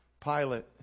Pilate